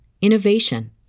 innovation